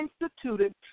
instituted